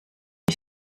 wie